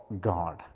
God